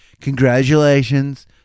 Congratulations